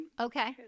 okay